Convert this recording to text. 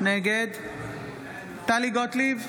נגד טלי גוטליב,